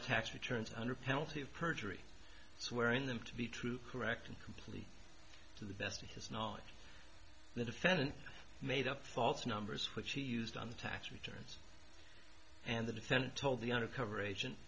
the tax returns under penalty of perjury swearing them to be true correct and complete to the best of his knowledge the defendant made up false numbers which he used on the tax return and the defendant told the undercover agent